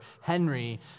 Henry